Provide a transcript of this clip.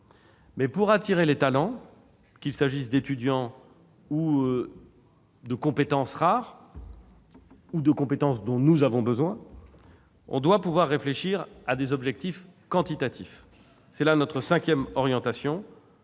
Mais, pour attirer les talents, qu'il s'agisse d'étudiants, de compétences rares, ou de compétences dont nous avons besoin, on doit pouvoir réfléchir à des objectifs quantitatifs. C'est là notre cinquième orientation.